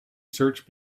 search